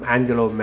Angelo